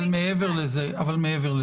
אבל מעבר לזה.